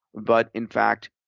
but in fact